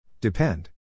Depend